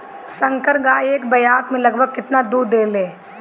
संकर गाय एक ब्यात में लगभग केतना दूध देले?